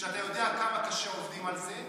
כשאתה יודע כמה קשה עובדים על זה,